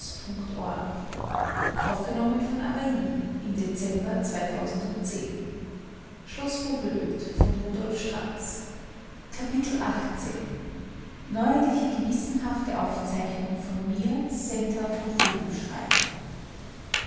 neuerliche gewissenhafte aufzeichnung von mir